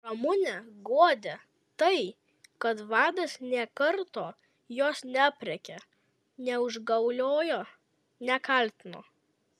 ramunę guodė tai kad vadas nė karto jos neaprėkė neužgauliojo nekaltino